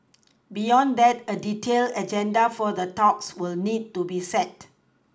beyond that a detailed agenda for the talks will need to be set